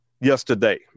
yesterday